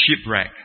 shipwreck